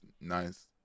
Nice